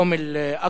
יהיה אלים.